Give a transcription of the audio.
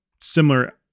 similar